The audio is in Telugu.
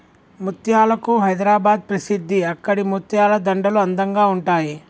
ముత్యాలకు హైదరాబాద్ ప్రసిద్ధి అక్కడి ముత్యాల దండలు అందంగా ఉంటాయి